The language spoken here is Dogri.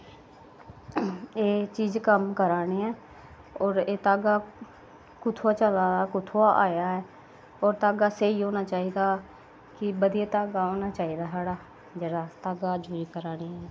एह् चीज कम्म करा'रने होर एह् धागा कुत्थुआं चला दा कुत्थुआं आया ऐ होर घागा स्हेई होना चाहिदा कि बधियां घागा होना चाहिदा साढ़ा जेह्ड़ा अस धागा यूज करा'रने